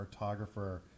cartographer